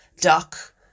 duck